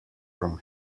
from